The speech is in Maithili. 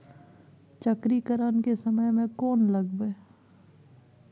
चक्रीकरन के समय में कोन लगबै?